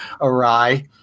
awry